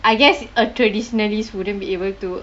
I guess a traditionalist wouldn't be able to